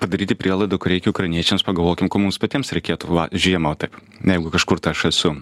padaryti prielaidą ko reikia ukrainiečiams pagalvokim ko mums patiems reikėtų va žiemą va taip jeigu kažkur tai aš esu